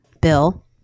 Bill